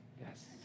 Yes